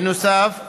בנוסף,